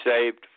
saved